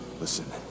Listen